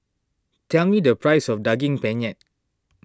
tell me the price of Daging Penyet